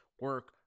Work